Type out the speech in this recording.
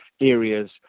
areas